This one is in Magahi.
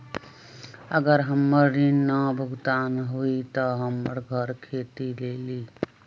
अगर हमर ऋण न भुगतान हुई त हमर घर खेती लेली?